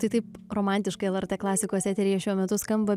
tai taip romantiškai lrt klasikos eteryje šiuo metu skamba